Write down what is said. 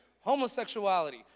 homosexuality